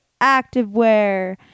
activewear